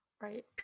right